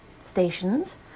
stations